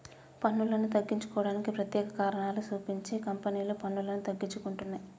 పన్నులను తగ్గించుకోవడానికి ప్రత్యేక కారణాలు సూపించి కంపెనీలు పన్నులను తగ్గించుకుంటున్నయ్